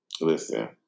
Listen